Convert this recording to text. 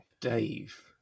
Dave